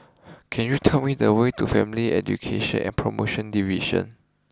can you tell me the way to Family Education and promotion Division